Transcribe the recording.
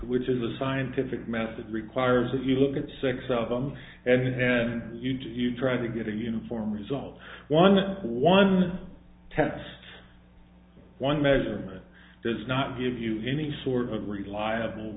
which is a scientific method requires that you look at six of them and had you tried to get a uniform result one one test one measurement does not give you any sort of reliable